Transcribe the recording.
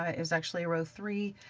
ah it was actually a row three,